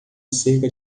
cerca